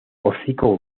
hocico